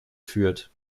führt